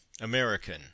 American